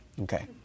Okay